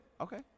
okay